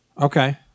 Okay